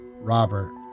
robert